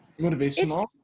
Motivational